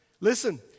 Listen